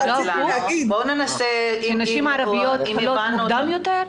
בואו ננסה לראות אם הבנו אותך נכון --- נשים ערביות חולות מוקדם יותר?